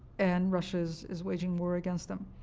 and russia is is waging war against them.